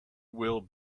will